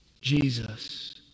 Jesus